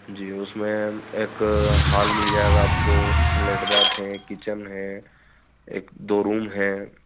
जी उसमें एक हॉल मिल जाएगा आपको लेट बाथ है किचन है एक दो रूम हैं